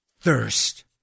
thirst